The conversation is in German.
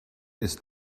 ist